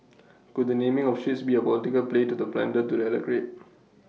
could the naming of ships be A political play to the pander to the electorate